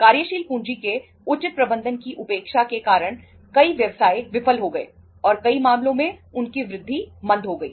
कार्यशील पूंजी के उचित प्रबंधन की उपेक्षा के कारण कई व्यवसाय विफल हो गए और कई मामलों में उनकी वृद्धि मंद हो गई